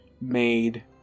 made